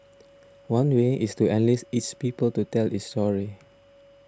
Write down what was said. one way is to enlist its people to tell its story